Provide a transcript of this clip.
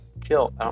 kill